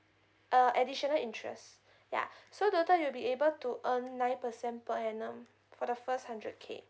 uh additional interest ya so total you'll be able to earn nine percent per annum for the first hundred K